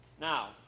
Now